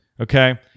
okay